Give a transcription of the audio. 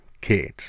kids